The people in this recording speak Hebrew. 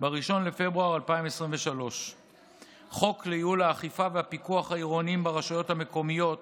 1 בפברואר 2023. חוק לייעול האכיפה והפיקוח העירוניים ברשויות המקומיות